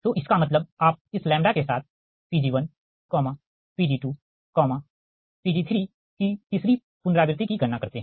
तो इसका मतलब आप इस लैम्ब्डा के साथ Pg1 Pg2Pg3 की तीसरी पुनरावृति की गणना करते है